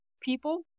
people